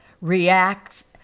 reacts